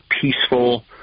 peaceful